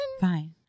Fine